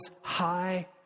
high